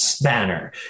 banner